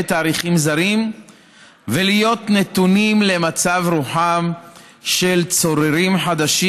תאריכים זרים ולהיות נתונים למצב רוחם של צוררים חדשים,